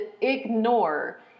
ignore